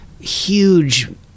huge